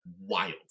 wild